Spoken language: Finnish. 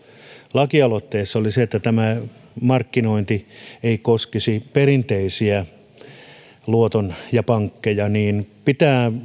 lakialoitteessa oli se että tämä markkinointi ei koskisi perinteisiä luotonantajia ja pankkeja pitää